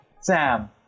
Sam